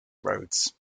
roads